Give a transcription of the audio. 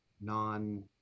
non